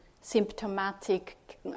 symptomatic